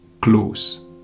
close